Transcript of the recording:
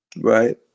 Right